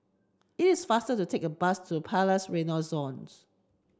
it is faster to take the bus to Palais Renaissance